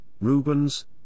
Rubens